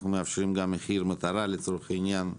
מאפשרים גם מחיר מטרה, לצורך העניין,